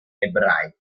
ebraiche